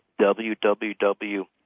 www